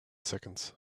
seconds